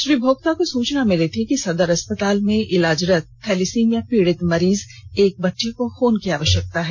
श्री भोक्ता को सूचना मिली थी कि सदर अस्पताल में इलाजरत थैलीसीमिया पीड़ित मरीज एक बच्चे को खून की आवश्यकता है